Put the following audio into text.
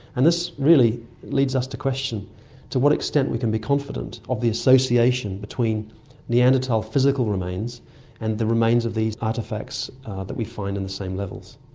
and this really leads us to question to what extent we can be confident of the association between neanderthal physical remains and the remains of these artefacts that we find in the same levels.